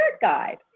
guide